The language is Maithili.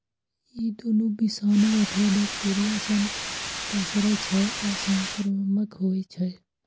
ई दुनू विषाणु अथवा बैक्टेरिया सं पसरै छै आ संक्रामक होइ छै